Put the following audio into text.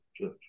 Church